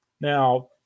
now